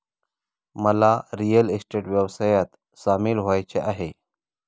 मला real estate व्यवसायात सामील व्हायचे आहे